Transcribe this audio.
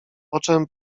poczem